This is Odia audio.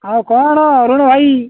ଆଉ କ'ଣ ଅରୁଣ ଭାଇ